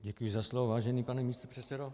Děkuji za slovo, vážený pane místopředsedo.